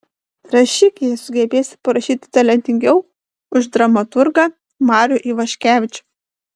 rašyk jei sugebėsi parašyti talentingiau už dramaturgą marių ivaškevičių